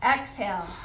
Exhale